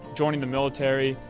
joining the military,